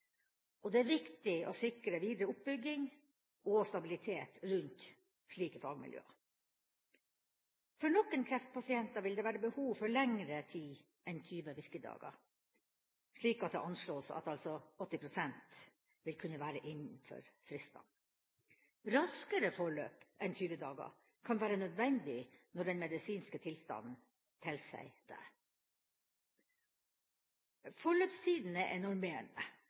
kreftområdet. Det er viktig å sikre videre oppbygging og stabilitet rundt slike fagmiljøer. For noen kreftpasienter vil det være behov for lengre tid enn 20 virkedager, slik at det anslås at 80 pst. vil kunne være innenfor fristene. Raskere forløp enn 20 dager kan være nødvendig når den medisinske tilstanden tilsier det. Forløpstidene er